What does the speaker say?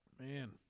Man